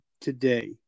today